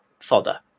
fodder